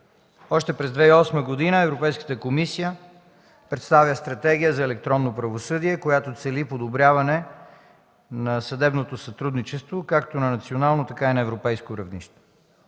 Още през 2008 г. Европейската комисия представя Стратегия за електронно правосъдие, която цели подобряване на съдебното сътрудничество както на национално, така и на европейско равнище.